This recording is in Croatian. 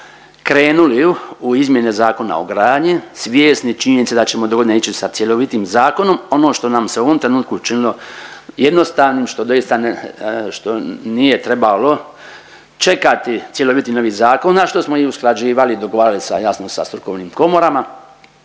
krenuli u izmjene Zakona o gradnji, svjesni činjenice da ćemo dogodine ići sa cjelovitim zakonom ono što nam se u ovom trenutku učinilo jednostavnim što doista što nije trebalo čekati cjeloviti novi zakon, a što smo i usklađivali, dogovarali jasno sa strukovnim komorama